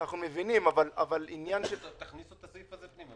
לשינויים, כולל הסדר הסולר והחזר בלו,